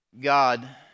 God